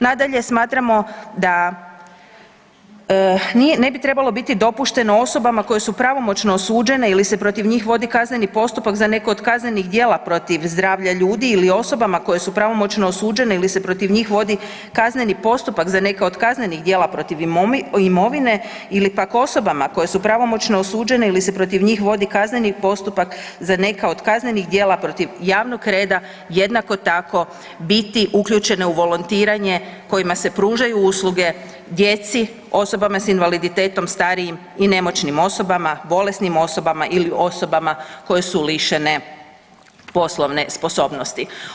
Nadalje, smatramo da ne bi trebalo biti dopušteno osobama koje su pravomoćno osuđene ili se protiv njih vodi kazneni postupak za neko od kaznenih djela protiv zdravlja ljudi ili osobama koje su pravomoćno osuđene ili se protiv njih vodi kazneni postupak za neke od kaznenih djela protiv imovine ili pak osobama koje su pravomoćno osuđene ili se protiv njih vodi kazneni postupak za neka od kaznenih djela protiv javnog reda, jednako tako biti uključene u volontiranje kojima se pružaju usluge djeci, osobama s invaliditetom, starijim i nemoćnim osobama, bolesnim osobama ili osobama koje su lišene poslovne sposobnosti.